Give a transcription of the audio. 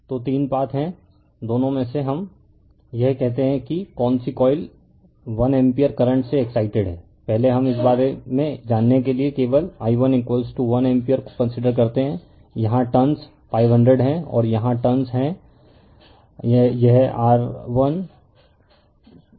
तो तीन पाथ हैं दोनों में से हम यह कहते हैं कि कौन सी कॉइल 1 एम्पीयर करंट से एक्साइटेड है पहले हम इस बारे में जानने के लिए केवल i11 एम्पीयर को कंसीडर करते हैं यहाँ टर्नस 500 है और यहाँ टर्नस है यह R1000 टर्नस है